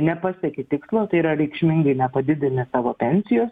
nepasieki tikslo tai yra reikšmingai nepadidini savo pensijos